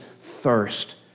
thirst